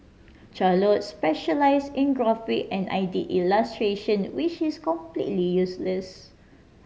Charlotte specialise in graphic and I did illustration which is completely useless